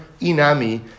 Inami